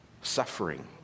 suffering